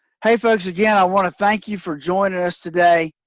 hey folks again i want to thank you for joining us today,